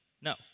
no